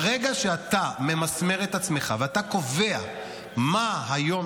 ברגע שאתה ממסמר את עצמך ואתה קובע מה היום